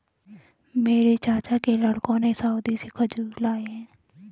मेरे चाचा के लड़कों ने सऊदी से खजूर लाए हैं